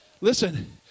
Listen